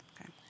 Okay